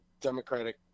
Democratic